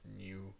new